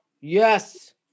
Yes